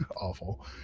Awful